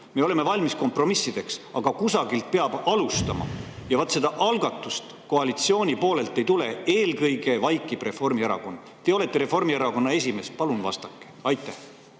me oleme valmis kompromissideks. Aga kusagilt peab alustama ja vaat seda algatust koalitsiooni poolelt ei tule, eelkõige vaikib Reformierakond. Te olete Reformierakonna esimees, palun vastake. Aitäh!